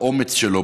באומץ שלו,